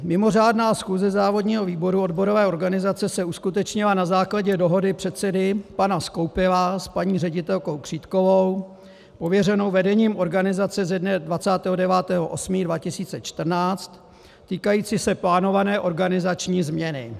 Mimořádná schůze závodního výboru odborové organizace se uskutečnila na základě dohody předsedy pana Skoupila s paní ředitelkou Křítkovou, pověřenou vedením organizace ze dne 29. 8. 2014, týkající se plánované organizační změny.